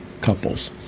couples